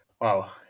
Wow